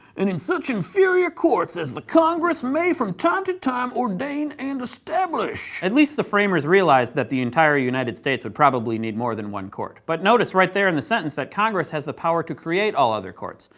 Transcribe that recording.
and in such inferior courts as the congress may from time to time ordain and establish. at least the framers realized that the entire united states would probably need more than one court. but notice right there in the sentence, that congress has the power to create all other courts.